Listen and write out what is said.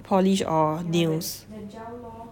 polish or deals